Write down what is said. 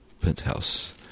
Penthouse